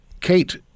Kate